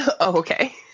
okay